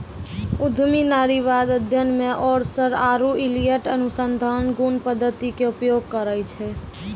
उद्यमी नारीवाद अध्ययन मे ओरसर आरु इलियट अनुसंधान गुण पद्धति के उपयोग करै छै